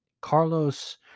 Carlos